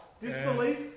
Disbelief